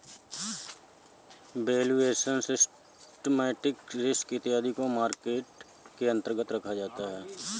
valuation, systematic risk इत्यादि को market के अंतर्गत रखा जाता है